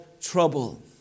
trouble